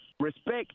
respect